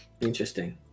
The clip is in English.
Interesting